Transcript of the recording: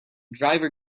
driver